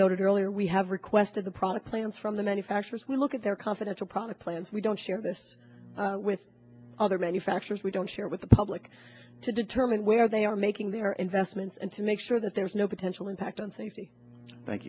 noted earlier we have requested the product plans from the manufacturers we look at their confidential product plans we don't share this with other manufacturers we don't share with the public to determine where they are making their investments and to make sure that there is no potential impact on safety thank